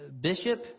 Bishop